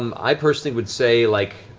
um i personally would say like